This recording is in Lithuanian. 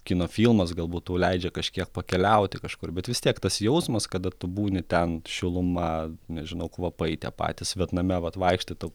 kino filmas galbūt tau leidžia kažkiek pakeliauti kažkur bet vis tiek tas jausmas kada tu būni ten šiluma nežinau kvapai tie patys vietname vat vaikštai tau